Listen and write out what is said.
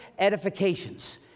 edifications